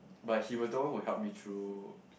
but he was the one who help me through